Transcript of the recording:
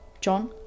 John